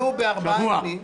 שבוע.